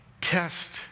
Test